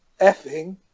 effing